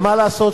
ומה לעשות?